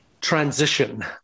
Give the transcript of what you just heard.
transition